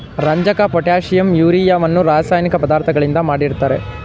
ರಂಜಕ, ಪೊಟ್ಯಾಷಿಂ, ಯೂರಿಯವನ್ನು ರಾಸಾಯನಿಕ ಪದಾರ್ಥಗಳಿಂದ ಮಾಡಿರ್ತರೆ